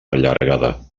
allargada